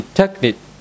technique